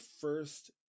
first